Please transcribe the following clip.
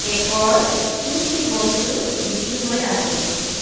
কে'কৰ কি কি বস্তু বিক্ৰী হৈ আছে